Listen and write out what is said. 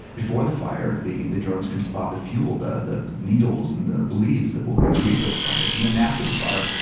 before the fire, the the drones can spot the fuel, the the needles and the the leaves that will create those fire. and then after the fire,